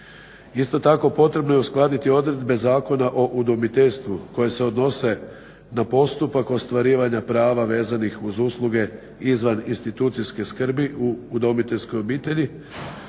Isto tako potrebno je uskladiti odredbe zakona o udomiteljstvu koje se odnose na postupak ostvarivanja prava vezanih uz usluge izvan institucijske skrbi u udomiteljskoj obitelji.